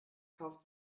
kauft